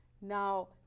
now